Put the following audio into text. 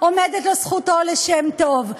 עומדת לו זכותו לשם טוב.